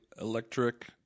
electric